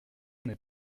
n’est